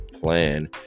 plan